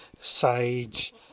sage